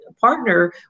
partner